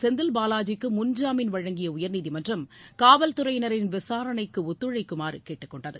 செந்தில் பாலாஜிக்கு முன்ஜாமீன் வழங்கிய உயர்நீதிமன்றம் காவல்துறையினரின் விசாரணைக்கு ஒத்துழைக்குமாறு கேட்டுக் கொண்டது